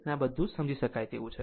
આમ આ સમજી શકાય તેવું છે